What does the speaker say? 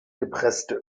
gepresste